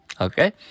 Okay